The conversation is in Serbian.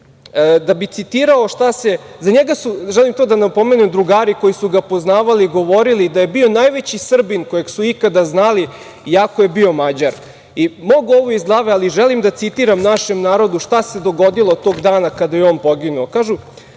prijateljstva. Želim da napomenem da su ga drugari koji su ga poznavali govorili da je bio najveći Srbin kojeg su ikada znali, iako je bio Mađar. Mogu ovo iz glave, ali želim da citiram našem narodu šta se dogodilo tog dana kada je on poginuo.